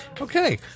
Okay